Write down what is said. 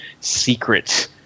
secret